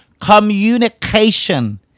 Communication